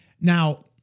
Now